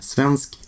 Svensk